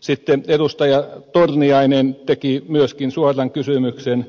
sitten edustaja torniainen teki myöskin suoran kysymyksen